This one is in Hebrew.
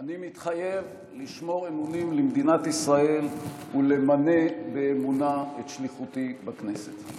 אני מתחייב לשמור אמונים למדינת ישראל ולמלא באמונה את שליחותי בכנסת.